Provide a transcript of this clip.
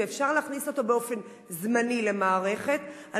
ואפשר להכניס אותו באופן זמני למערכת על